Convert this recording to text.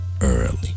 early